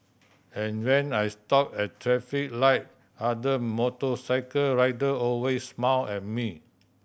and when I stop at traffic light other motorcycle rider always smile at me